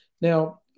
Now